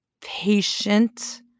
patient